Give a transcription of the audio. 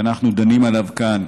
שאנחנו דנים עליו כאן,